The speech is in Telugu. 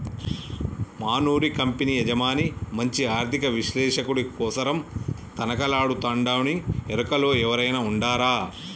మనూరి కంపెనీ యజమాని మంచి ఆర్థిక విశ్లేషకుడి కోసరం తనకలాడతండాడునీ ఎరుకలో ఎవురైనా ఉండారా